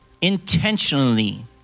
intentionally